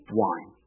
wine